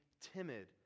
timid